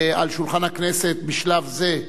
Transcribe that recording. על שולחן הכנסת בשלב זה,